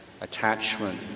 attachment